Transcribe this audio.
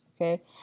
Okay